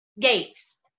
gates